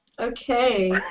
Okay